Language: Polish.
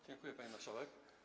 Dziękuję, pani marszałek.